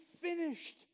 finished